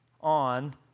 on